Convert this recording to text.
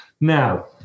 Now